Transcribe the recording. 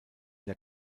der